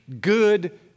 good